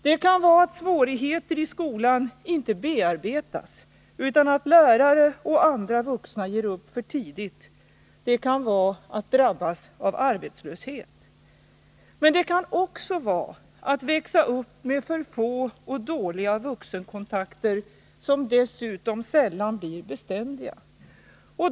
Det kan vara att svårigheter i skolan inte bearbetas utan att lärare och andra vuxna ger upp för tidigt. Det kan vara att drabbas av arbetslöshet. Men det kan också vara att växa upp med för få och för dåliga vuxenkontakter, som dessutom sällan blir beständiga.